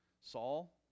Saul